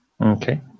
Okay